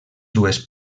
dues